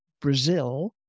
Brazil